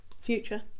Future